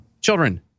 children